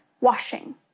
washing